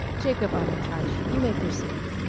jacob armitage, you may proceed.